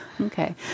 okay